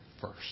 first